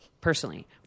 personally